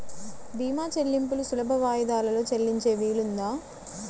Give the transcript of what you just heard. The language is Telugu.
భీమా చెల్లింపులు సులభ వాయిదాలలో చెల్లించే వీలుందా?